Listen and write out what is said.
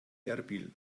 erbil